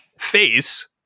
face